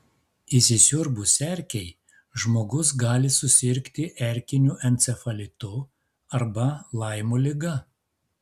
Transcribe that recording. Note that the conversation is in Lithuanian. įsisiurbus erkei žmogus gali susirgti erkiniu encefalitu arba laimo liga